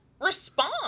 respond